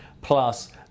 plus